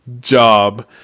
job